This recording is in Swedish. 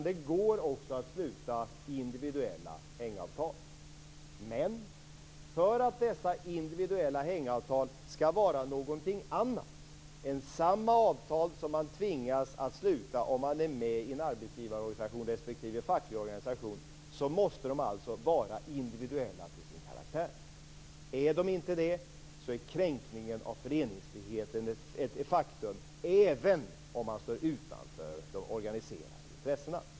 Det går att sluta individuella hängavtal. För att dessa individuella hängavtal skall vara någonting annat än samma avtal som man tvingas att sluta om man är med i arbetsgivarorganisation respektive facklig organisation, måste de vara individuella till sin karaktär. Är de inte det, är kränkningen av föreningsfriheten ett faktum även om man står utanför de organiserade intressena.